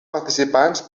participants